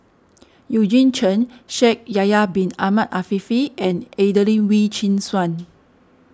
Eugene Chen Shaikh Yahya Bin Ahmed Afifi and Adelene Wee Chin Suan